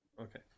Okay